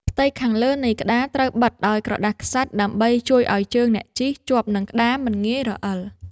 ផ្ទៃខាងលើនៃក្ដារត្រូវបិទដោយក្រដាសខ្សាច់ ដើម្បីជួយឱ្យជើងអ្នកជិះជាប់នឹងក្ដារមិនងាយរអិល។